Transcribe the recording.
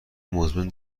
مزمن